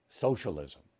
socialism